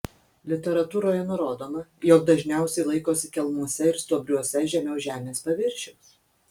literatūroje nurodoma jog dažniausiai laikosi kelmuose ir stuobriuose žemiau žemės paviršiaus